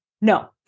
no